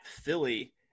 Philly